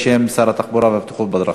בשם שר התחבורה והבטיחות בדרכים.